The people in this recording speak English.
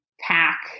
pack